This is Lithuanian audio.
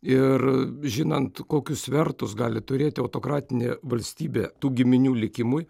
ir žinant kokius svertus gali turėti autokratinė valstybė tų giminių likimui